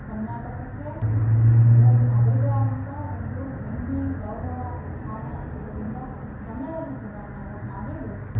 ಕರ್ನಾಟಕಕ್ಕೆ ಇದರದ್ದೇ ಅದರದ್ದೇ ಆದಂಥ ಒಂದು ಹೆಮ್ಮೆ ಗೌರವ ಸ್ಥಾನ ಇರೋದ್ರಿಂದ ಕನ್ನಡವೂ ಕೂಡ ನಾವು ಹಾಗೆಯೇ ಬೆಳೆಸ್ಬೇಕು